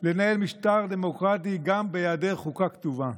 לנהל משטר דמוקרטי גם בהיעדר חוקה כתובה.